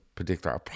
predictor